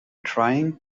trying